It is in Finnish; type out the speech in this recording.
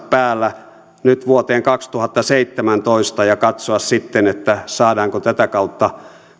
päällä nyt vuoteen kaksituhattaseitsemäntoista ja katsoa sitten saadaanko tätä kautta